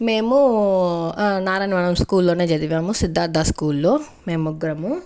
మేము నారాయణ వనం స్కూల్లోనే చదివాము సిద్ధార్థ స్కూల్లో మేం ముగ్గురము